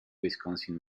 wisconsin